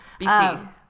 BC